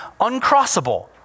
uncrossable